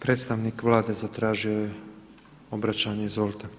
Predstavnik Vlade zatražio je obraćanje izvolite.